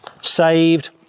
saved